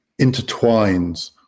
intertwines